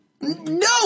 No